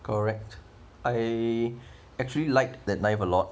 correct I actually like that knife a lot